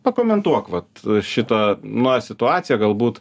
pakomentuok vat šitą na situaciją galbūt